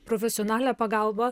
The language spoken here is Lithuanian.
profesionalią pagalbą